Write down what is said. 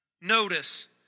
Notice